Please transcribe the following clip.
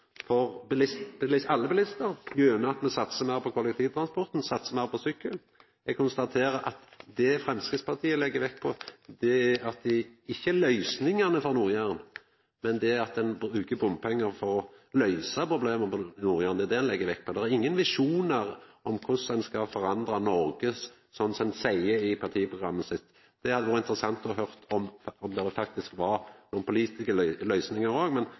for alle bilistane, gjennom at me satsar meir på kollektivtransporten og satsar meir på sykkel. Eg konstaterer at det Framstegspartiet legg vekt på, ikkje er løysingane for Nord-Jæren, men at ein bruker bompengar for å løysa problema på Nord-Jæren – det er det ein legg vekt på. Det er ingen visjonar om korleis ein skal forandra Noreg, slik ein seier i partiprogrammet sitt – det hadde vore interessant å høyra om det faktisk var nokre politiske løysingar òg. Eg avrundar for min del med å takka for denne debatten og